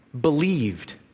believed